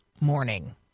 morning